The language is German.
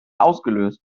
ausgelöst